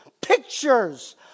Pictures